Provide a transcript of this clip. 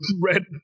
red